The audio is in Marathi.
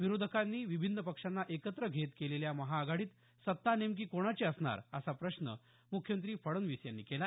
विरोधकांनी विभिन्न पक्षांना एकत्र येत केलेली महाआघाडीत सत्ता नेमकी कोणाची असणार असा प्रश्न मुख्यमंत्री फडणवीस यांनी केला